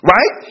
Right